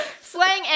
Slang